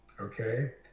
Okay